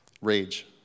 rage